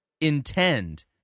intend